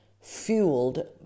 fueled